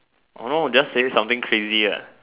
orh just say something crazy ah